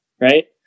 Right